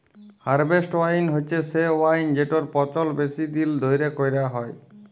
harvest wine হছে সে wine যেটর পচল বেশি দিল ধ্যইরে ক্যইরা হ্যয়